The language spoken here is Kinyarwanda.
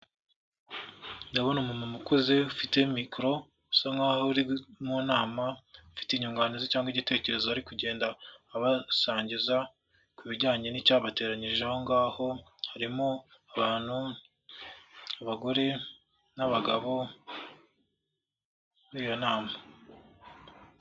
Ndabona umuntu ukuze ufite mikoro usa nk'aho uri mu nama ufite inyuganizi cyangwa igitekerezo ari kugenda abasangiza ku bijyanye n'icyabateranyirije aho ngaho, harimo abantu abagore n'abagabo muri iyo nama.